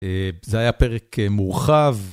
זה היה פרק מורחב.